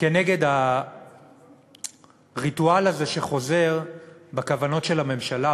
כנגד הריטואל הזה שחוזר בכוונות של הממשלה,